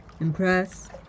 Impress